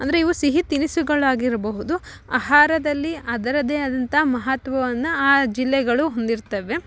ಅಂದರೆ ಇವು ಸಿಹಿ ತಿನಿಸುಗಳಾಗಿರಬಹುದು ಆಹಾರದಲ್ಲಿ ಅದರದೇ ಆದಂಥ ಮಹತ್ವವನ್ನು ಆ ಜಿಲ್ಲೆಗಳು ಹೊಂದಿರ್ತವೆ